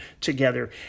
Together